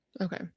Okay